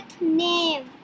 name